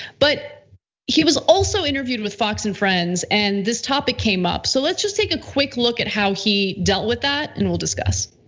but he was also interviewed with fox and friends and this topic came up. so, let's just take a quick look at how he dealt with that, and we'll discuss.